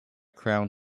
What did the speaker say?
crown